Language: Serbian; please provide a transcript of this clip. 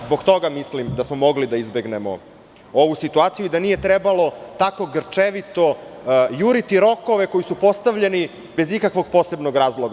Zbog toga mislim da smo mogli da izbegnemo ovu situaciju, i da nije trebalo tako grčevito juriti rokove koji su postavljeni bez ikakvog posebnog razloga.